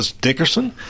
dickerson